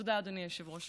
תודה, אדוני היושב-ראש.